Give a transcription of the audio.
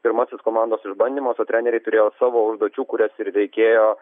pirmasis komandos išbandymas o treneriai turėjo savo užduočių kurias reikėjo